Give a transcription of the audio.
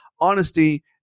honesty